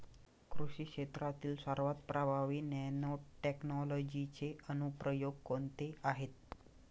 कृषी क्षेत्रातील सर्वात प्रभावी नॅनोटेक्नॉलॉजीचे अनुप्रयोग कोणते आहेत?